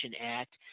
Act